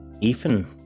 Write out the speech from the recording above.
Ethan